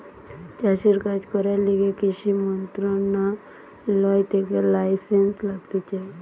চাষের কাজ করার লিগে কৃষি মন্ত্রণালয় থেকে লাইসেন্স লাগতিছে